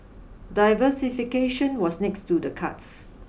diversification was next to the cards